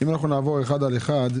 אם אנחנו נעבור אחד על אחד,